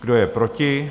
Kdo je proti?